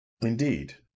indeed